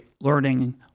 learning